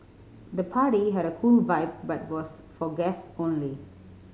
the party had a cool vibe but was for guests only